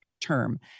term